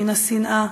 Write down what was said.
מן השנאה,